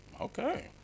Okay